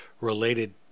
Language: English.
related